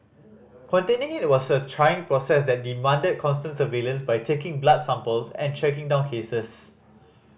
containing it was a trying process that demanded constant surveillance by taking blood samples and tracking down cases